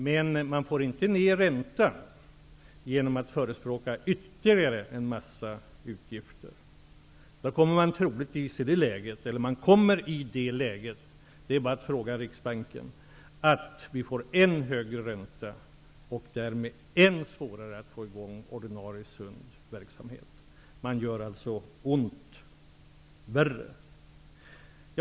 Men man får inte ner räntan genom att förespråka ytterligare en mängd utgifter. I så fall kommer vi att få -- det är bara att fråga Riksbanken -- en ännu högre ränta och därmed än svårare att få i gång ordinarie sund verksamhet. Man gör alltså ont värre.